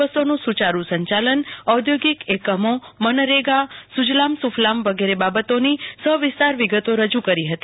બસોનું સુ ચારૂ સંચાલન઼ ઔધોગિક એકમો મનરેગાસુ ઝલામ સુ ફલામ વગેરે બાબતોની સક્તિાર વિગતો રજુ કરી હતી